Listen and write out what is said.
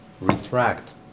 retract